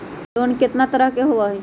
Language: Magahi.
लोन केतना तरह के होअ हई?